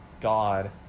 god